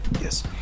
Yes